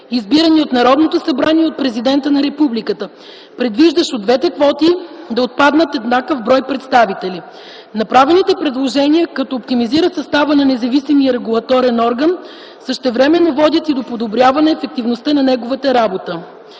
избирани от Народното събрание и от президента на републиката, предвиждащо от двете квоти да отпаднат еднакъв брой представители. Направените предложения като оптимизират състава на независимия регулаторен орган същевременно водят и до подобряване ефективността на неговата работа.